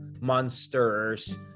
monsters